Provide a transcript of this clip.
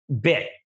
bit